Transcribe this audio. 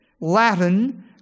Latin